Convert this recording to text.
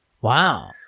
Wow